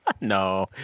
No